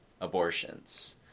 abortions